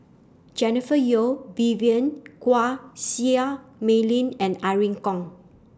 Jennifer Yeo Vivien Quahe Seah Mei Lin and Irene Khong